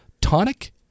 tonic